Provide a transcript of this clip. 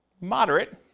Moderate